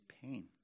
pain